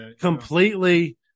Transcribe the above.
completely –